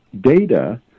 data